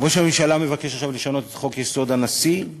ראש הממשלה מבקש עכשיו לשנות את חוק-יסוד: הנשיא,